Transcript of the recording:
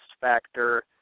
factor